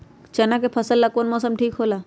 चाना के फसल ला कौन मौसम ठीक होला?